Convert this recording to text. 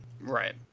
Right